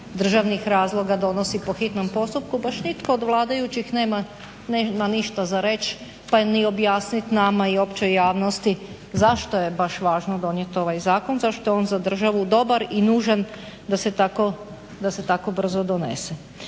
državnih razloga donosi po hitnom postupku baš nitko od vladajućih nema ništa za reći pa ni objasnit nama i općoj javnosti zašto je baš važno donijet ovaj zakon, zašto je on za državu dobar i nužan da se tako brzo donese.